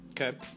Okay